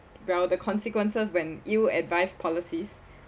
well the consequences when ill-advised policies